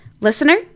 listener